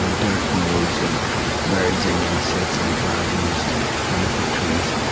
ah dirt roads and birds and insects and gardens and wonderful trees.